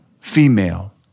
female